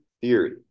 theory